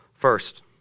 First